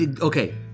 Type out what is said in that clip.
Okay